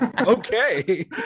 Okay